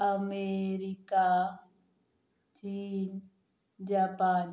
America चीन Japan